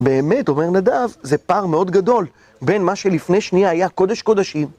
באמת, אומר נדב, זה פער מאוד גדול בין מה שלפני שנייה היה קודש קודשים.